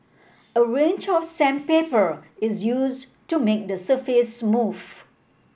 a range of sandpaper is used to make the surface smooth